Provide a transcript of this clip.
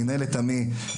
מנהלת עמ"י,